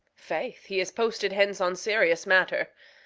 faith, he is posted hence on serious matter.